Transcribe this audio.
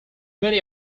many